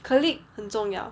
colleagues 很重要